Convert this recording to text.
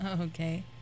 Okay